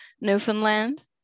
Newfoundland